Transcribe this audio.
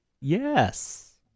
Yes